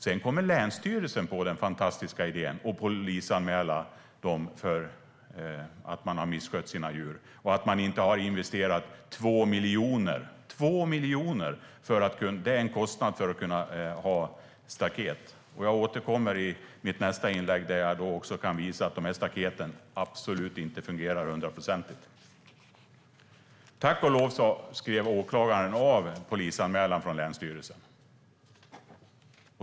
Sedan kommer länsstyrelsen på den fantastiska idén att polisanmäla dem för att de hade misskött sina djur och för att man inte har investerat 2 miljoner, som är kostnaden för att ha staket. Jag återkommer i mitt nästa inlägg till staketen, som absolut inte fungerar till hundra procent. Tack och lov avskrev åklagaren polisanmälan från länsstyrelsen.